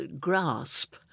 grasp